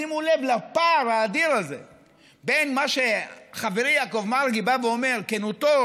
שימו לב לפער האדיר הזה בין מה שחברי יעקב מרגי בא ואומר: כנותו,